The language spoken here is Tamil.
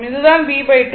இதுதான் b2